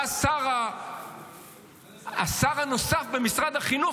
בא השר הנוסף במשרד החינוך,